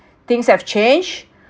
things have changed